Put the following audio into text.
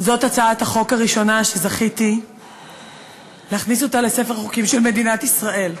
זאת הצעת החוק הראשונה שזכיתי להכניס לספר החוקים של מדינת ישראל.